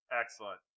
Excellent